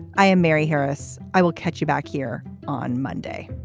i am mary harris. i will catch you back here on monday